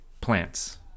plants